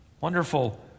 wonderful